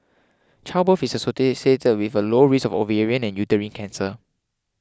childbirth is associated with a lower risk of ovarian and uterine cancer